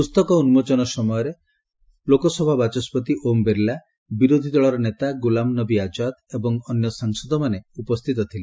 ପୁସ୍ତକ ଉନ୍କୋଚନ ସମୟରେ ଲୋକସେବା ବାଚସ୍କତି ଓମ୍ ବିର୍ଲା ବିରୋଧି ଦଳର ନେତା ଗୁଲାମନବୀ ଆକ୍ଷାଦ୍ ଏବଂ ଅନ୍ୟ ସାଂସଦ ମାନେ ଉପସ୍ଥିତ ଥିଲେ